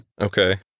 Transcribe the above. Okay